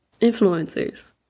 influencers